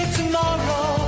tomorrow